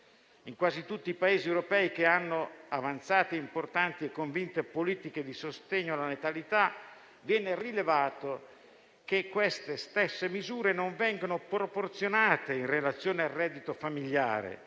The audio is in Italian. In quasi tutti i Paesi europei che hanno avanzate, importanti e convinte politiche di sostegno alla natalità, viene rilevato che queste stesse misure non vengono proporzionate in relazione al reddito familiare